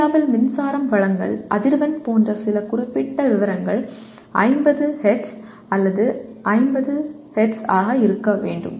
இந்தியாவில் மின்சாரம் வழங்கல் அதிர்வெண் போன்ற சில குறிப்பிட்ட விவரங்கள் 50 ஹெர்ட்ஸ் அல்லது அது 50 ஹெர்ட்ஸ் ஆக இருக்க வேண்டும்